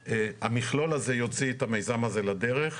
והמכלול הזה יוצא את המיזם הזה לדרך.